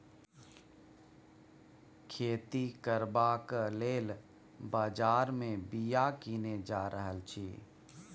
खेती करबाक लेल बजार मे बीया कीने जा रहल छी